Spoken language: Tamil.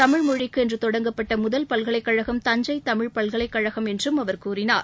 தமிழ் மொழிக்கு என்று தொடங்கப்பட்ட முதல் பல்கலைக்கழகம் தஞ்சை தமிழ் பல்கலைக்கழகம் என்றும் அவர் கூறினார்